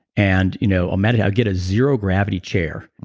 and you know um and i'll get a zero gravity chair.